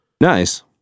nice